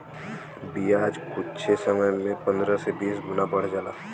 बियाज कुच्छे समय मे पन्द्रह से बीस गुना बढ़ जाला